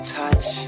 touch